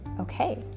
okay